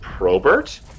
Probert